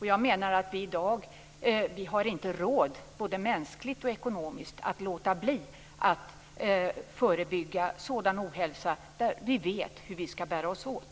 Jag menar att vi i dag inte har råd, varken mänskligt eller ekonomiskt, att låta bli att förebygga ohälsa när vi vet hur vi skall bära oss åt.